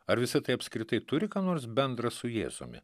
ar visa tai apskritai turi ką nors bendra su jėzumi